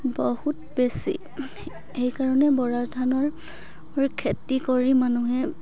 বহুত বেছি সেইকাৰণে বৰা ধানৰ খেতি কৰি মানুহে